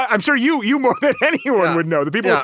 i'm sure you you more than anyone would know. the people,